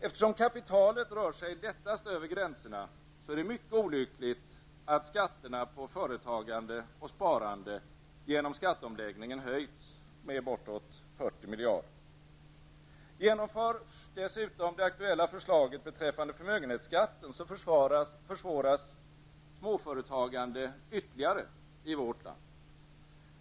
Eftersom kapitalet rör sig lättast över gränserna är det mycket olyckligt att skatterna på företagande och sparande genom skatteomläggningen höjts med bortåt 40 miljarder. Genomförs dessutom det aktuella förslaget beträffande förmögenhetsskatten, försvåras småföretagandet ytterligare i vårt land.